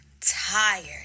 tired